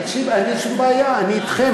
אין לי שום בעיה, אני אתכם.